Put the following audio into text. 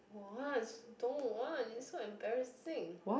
what don't want it's so embarrassing